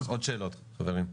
עוד שאלות, חברים?